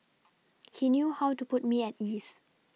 he knew how to put me at ease